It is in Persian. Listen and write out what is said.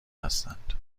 هستند